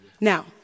Now